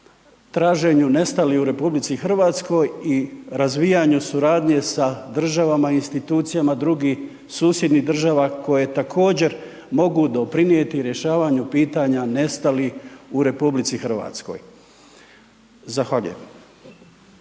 traženju nestalih u RH i razvijanju suradnje sa državama i institucijama drugih susjednih država koje također mogu doprinijeti rješavanju pitanja nestalih u RH. Zahvaljujem.